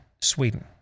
Sweden